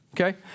Okay